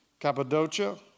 Cappadocia